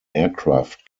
aircraft